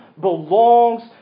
belongs